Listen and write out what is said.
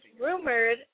rumored